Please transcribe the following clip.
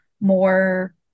more